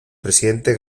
presidente